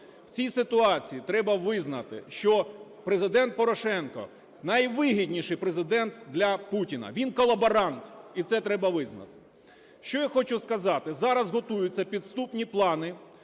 В цій ситуації треба визнати, що Президент Порошенко – найвигідніший Президент для Путіна. Він колаборант, і це треба визнати. Що я хочу сказати? Зараз готуються підступні плани